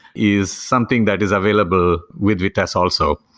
is something that is available with vitess also.